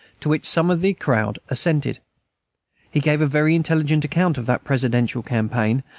to which some of the crowd assented he gave a very intelligent account of that presidential campaign,